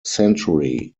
century